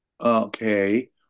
okay